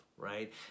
right